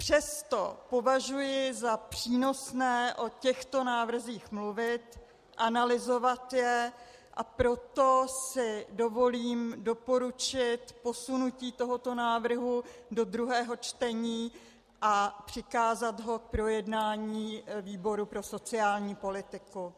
Přesto považuji za přínosné o těchto návrzích mluvit, analyzovat je, a proto si dovolím doporučit posunutí tohoto návrhu do druhého čtení a přikázat ho k projednání výboru pro sociální politiku.